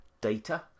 data